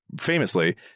Famously